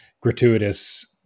gratuitous